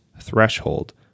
threshold